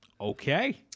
Okay